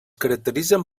caracteritzen